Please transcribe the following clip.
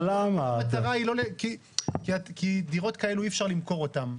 כי דירות כאלה אי-אפשר למכור אותן,